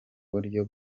buryo